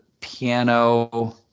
piano